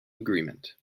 agreement